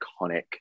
iconic